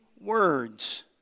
words